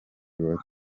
bwo